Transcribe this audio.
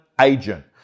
agent